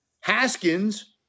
Haskins